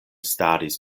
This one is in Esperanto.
staris